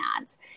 ads